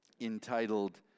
entitled